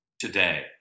today